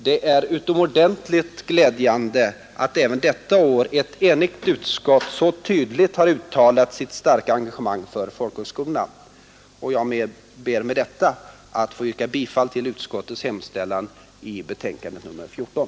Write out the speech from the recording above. Det är utomordentligt glädjande att även detta år ett enigt utskott så tydligt ha uttalat sitt starka engagemang för folkhögskolorna. Jag ber med detta att få yrka bifall till utskottets hemställan i betänkandet nr 14.